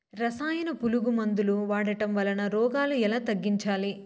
రసాయన పులుగు మందులు వాడడం వలన రోగాలు ఎలా తగ్గించాలి?